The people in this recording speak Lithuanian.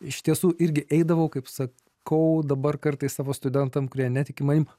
iš tiesų irgi eidavau kaip sakau dabar kartais savo studentam kurie netiki manim